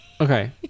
Okay